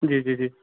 जी जी जी